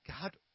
God